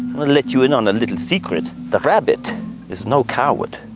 let you in on a little secret. the rabbit is no coward.